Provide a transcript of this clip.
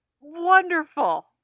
wonderful